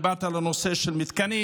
דיברת על הנושא של התקנים,